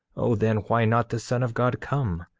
o then why not the son of god come,